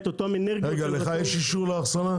רגע, לך יש אישור לאחסנה?